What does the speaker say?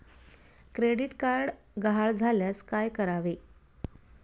Credit card गहाळ झाल्यास काय करावे?